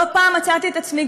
לא פעם מצאתי את עצמי,